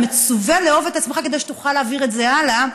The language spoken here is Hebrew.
אתה מצווה לאהוב את עצמך כדי שתוכל להעביר את זה הלאה.